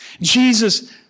Jesus